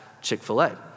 Chick-fil-A